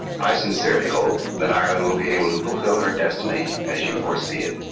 i sincerely hope that ireland will be able to fulfil her destiny as you foresee it.